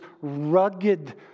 rugged